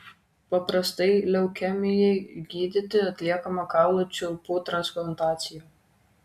paprastai leukemijai gydyti atliekama kaulų čiulpų transplantacija